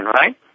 right